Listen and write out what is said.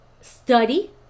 study